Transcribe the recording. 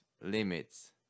limits